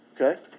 Okay